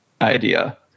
idea